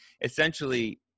essentially